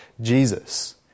Jesus